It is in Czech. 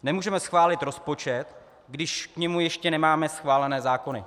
Nemůžeme schválit rozpočet, když k němu ještě nemáme schválené zákony.